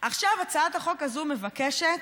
עכשיו הצעת החוק הזאת מבקשת,